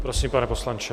Prosím, pane poslanče.